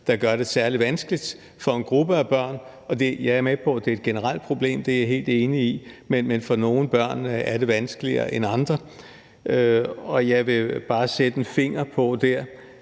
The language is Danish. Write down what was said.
der gør det særlig vanskeligt for en gruppe af børn. Jeg er med på, at det er et generelt problem, det er jeg helt enig i, men for nogle børn er det vanskeligere end for andre. Jeg vil bare der sætte en finger på,